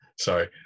sorry